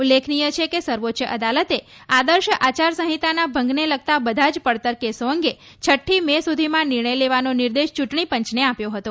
ઉલ્લેખનીય છે કે સર્વોચ્ચ અદાલતે આદર્શ આચારસંહિતાના ભંગને લગતા બધા જ પડતર કેસો અંગે છઠ્ઠી મે સુધીમાં નિર્ણય લેવાનો નિર્દેશ ચૂંટણી પંચને આપ્યો હતો